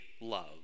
love